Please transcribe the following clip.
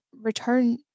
return